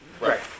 Right